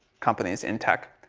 companies in tech,